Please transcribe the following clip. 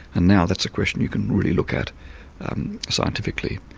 and now that's a question you can really look at scientifically.